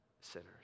sinners